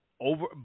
over